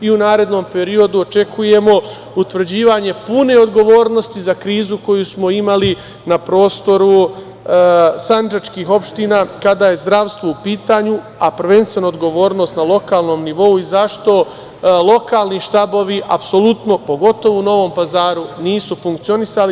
U narednom periodu očekujemo utvrđivanje pune odgovornosti za krizu koju smo imali na prostoru sandžačkih opština, kada je zdravstvo u pitanju, a prvenstveno odgovornost na lokalnom nivou i zašto lokalni štabovi apsolutno, pogotovo u Novom Pazaru, nisu funkcionisali.